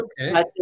okay